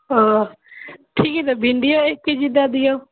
ओ ठीक छै तऽ भिंडीयो एक के जी दऽ दियौ